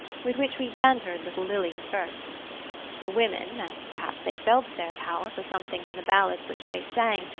with which we bantered little lilia first the women and perhaps they felt their power, for something in the ballads which they sang,